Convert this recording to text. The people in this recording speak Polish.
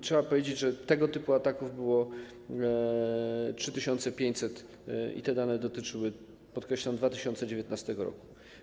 Trzeba powiedzieć, że tego typu ataków było 3500, przy czym te dane dotyczyły, podkreślam, 2019 r.